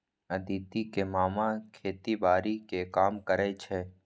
अदिति के मामा खेतीबाड़ी के काम करै छै